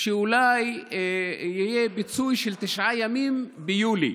שאולי יהיה פיצוי של תשעה ימים ביולי.